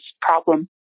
problem